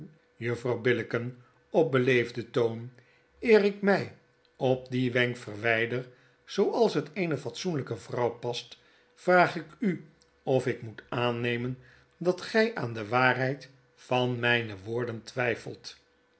juffrouw billicken op beleefden toon eer ik my op die wenk verwyder zooals het eene fatsoenlyke vrouw past vraag ik u of ik moet aannemen dat gy aan de waarheid van myne woorden twyfelt